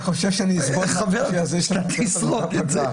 חושש שאני אסבול --- אתה תשרוד את זה,